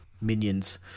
minions